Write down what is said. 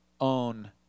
own